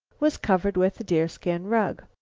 was covered with a deerskin rug,